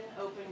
open